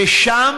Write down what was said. ושם,